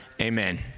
Amen